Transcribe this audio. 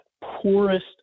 poorest